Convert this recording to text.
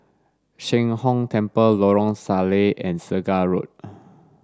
Sheng Hong Temple Lorong Salleh and Segar Road